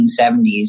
1970s